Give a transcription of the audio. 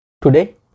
Today